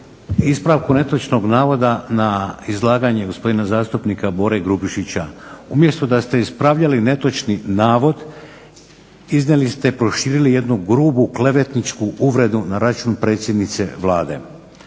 ispravku netočnog navoda na izlaganje gospodina zastupnika Bore Grubišića, umjesto da ste ispravljali netočni navod iznijeli ste, proširili jednu grubu klevetničku uvredu na račun predsjednice Vlade.